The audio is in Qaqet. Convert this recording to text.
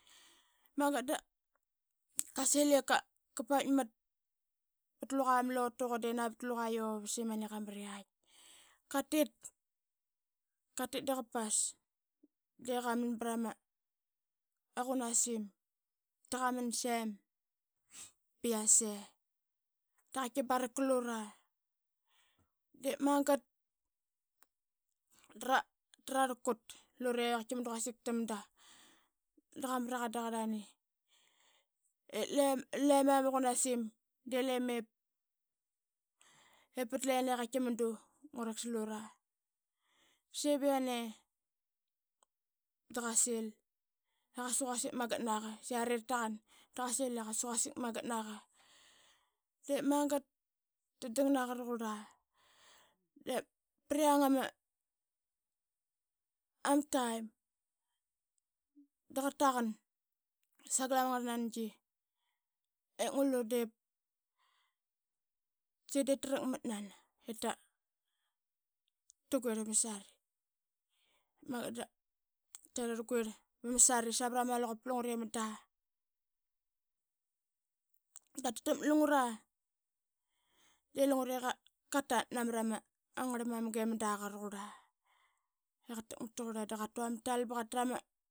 Magat da, qasil i ka paitmat vat luqa ma lotuqa navat luqa uras i mani qa mriyait. Qatit, qatit da qa pas de qaman brama qunasim da qaman sem ba yase da qaitki barak lura. De magat dra, trarlkut lure qaitki mudu quasik tamda. Da qamraqan da qrlani, ip lim lima ma qunasim de lema ip pat lena i qaitki mudu ngrak slura. Qasip yane, da qasil i qasa quasik magat naqa. Yari rataqan da qasil i qasa quasik magat naqa de magat da dang naqa raqurla. Diip priang ama taim, da qataqan sangla ma ngrl nangi i ngulu diip, tki diip trakmatnan ip ta raquirl iva ursal. De magat da rarguirl ba msari savrama luqup i mnda qatakmat nlungre de qatat namra ma ngrl mamga i mnda qaraqurla. Qatakmat i da qatu ama tal ba qatra ma.